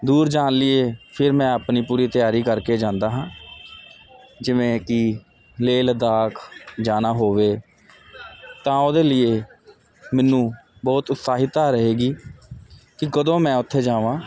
ਦੂਰ ਜਾਣ ਲਈ ਫਿਰ ਮੈਂ ਆਪਣੀ ਪੂਰੀ ਤਿਆਰੀ ਕਰਕੇ ਜਾਂਦਾ ਹਾਂ ਜਿਵੇਂ ਕਿ ਲੇਹ ਲਦਾਖ ਜਾਣਾ ਹੋਵੇ ਤਾਂ ਉਹਦੇ ਲਈ ਮੈਨੂੰ ਬਹੁਤ ਉਤਸਾਹਿਤਾ ਰਹੇਗੀ ਕਿ ਕਦੋਂ ਮੈਂ ਉਥੇ ਜਾਵਾਂ